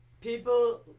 people